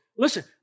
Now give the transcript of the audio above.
Listen